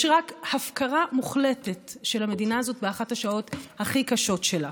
יש רק הפקרה מוחלטת של המדינה הזאת באחת השעות הכי קשות שלה.